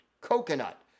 coconut